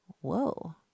whoa